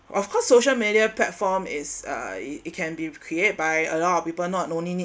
of course social media platform is uh it it can be created by a lot of people not no need need